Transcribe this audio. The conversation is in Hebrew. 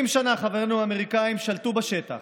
20 שנה חברינו האמריקאים שלטו בשטח,